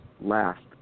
last